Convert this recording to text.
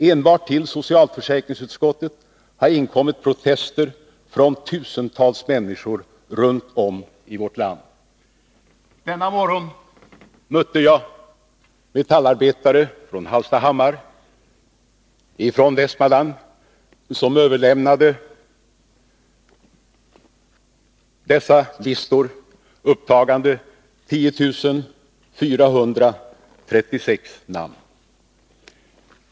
Enbart till socialförsäkringsutskottet har inkommit protester från tusentals människor runt om i vårt land. Denna morgon mötte jag metallarbetare från Hallstahammar som överlämnade listor, upptagande 10 436 namn.